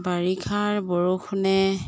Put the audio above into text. বাৰিষাৰ বৰষুণে